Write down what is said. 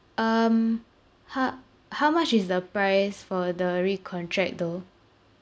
um ho~ how much is the price for the recontract though